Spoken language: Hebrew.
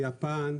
יפן,